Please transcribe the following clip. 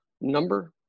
number